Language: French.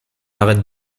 arrête